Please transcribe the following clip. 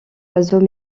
oiseaux